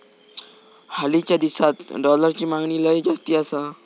हालीच्या दिसात डॉलरची मागणी लय जास्ती आसा